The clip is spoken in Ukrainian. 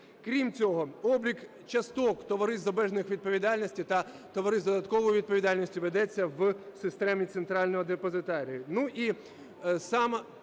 Крім цього облік часток товариств з обмеженою відповідальністю та товариств з додатковою відповідальністю ведеться в системі центрального депозитарію.